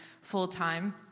full-time